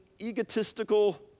egotistical